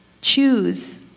choose